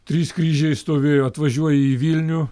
trys kryžiai stovėjo atvažiuoji į vilnių